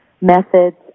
methods